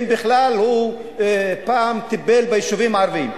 אם הוא בכלל טיפל פעם ביישובים הערביים.